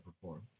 perform